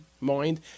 mind